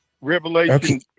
Revelation